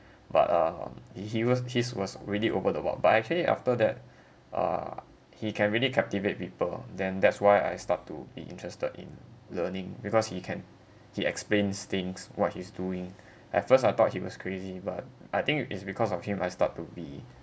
but uh he he was his was really over the work but actually after that uh he can really captivate people then that's why I start to be interested in learning because he can he explains things what he's doing at first I thought he was crazy but I think is because of him I start to be